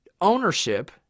ownership